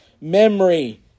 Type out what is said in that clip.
memory